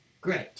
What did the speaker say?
great